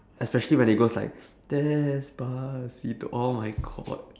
especially when it goes like despacito oh my god